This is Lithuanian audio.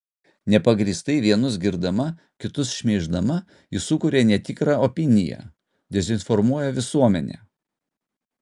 nepagrįstai vienus girdama kitus šmeiždama ji sukuria netikrą opiniją dezinformuoja visuomenę